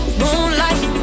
Moonlight